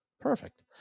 Perfect